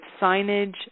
signage